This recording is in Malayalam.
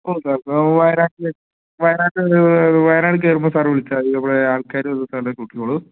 ഓ സാർ വയനാട്ടിൽ വയനാട്ടിൽ വയനാട് കയറുമ്പം സാറ് വിളിച്ചാൽ മതി നമ്മുടെ ആൾക്കാർ വന്ന് സാറിനെ കൂട്ടിക്കോളും